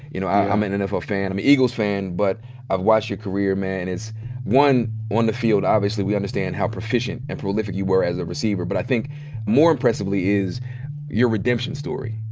you know, i'm an nfl fan. i'm a eagles fan. but i've watched your career, man. it's one on the field, obviously we understand how proficient and prolific you were as a receiver. but i think more impressively is your redemption story.